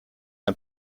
ein